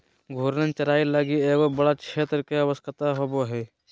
घूर्णन चराई लगी एगो बड़ा क्षेत्र के आवश्यकता होवो हइ